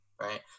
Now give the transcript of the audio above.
Right